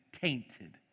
tainted